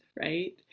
right